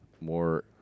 more